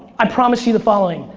i promise you the following.